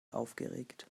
aufgeregt